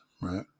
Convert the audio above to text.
right